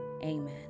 amen